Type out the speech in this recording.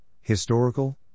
Historical